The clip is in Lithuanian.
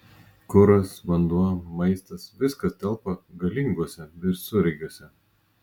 kuras vanduo maistas viskas telpa galinguose visureigiuose